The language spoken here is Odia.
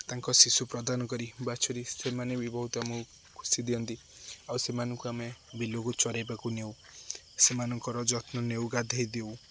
ତାଙ୍କ ଶିଶୁ ପ୍ରଦାନ କରି ବାଛୁରୀ ସେମାନେ ବି ବହୁତ ଆମକୁ ଖୁସି ଦିଅନ୍ତି ଆଉ ସେମାନଙ୍କୁ ଆମେ ବିଲକୁ ଚରାଇବାକୁ ନେଉ ସେମାନଙ୍କର ଯତ୍ନ ନେଉ ଗାଧୋଇ ଦେଉ